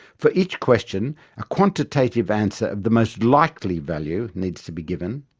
for each question a quantitative answer of the most likely value needs to be given,